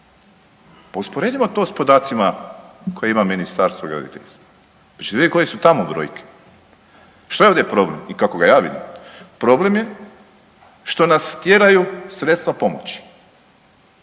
usporedimo to sa podacima koje ima Ministarstvo graditeljstva, pa ćete vidjeti koje su tamo brojke. Što je ovdje problem i kako ga ja vidim? Problem je što nas tjeraju sredstva pomoći